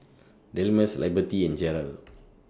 Delmus Liberty and Jarrell